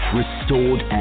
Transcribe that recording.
restored